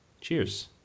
cheers